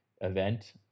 event